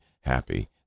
happy